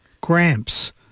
Gramps